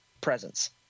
presence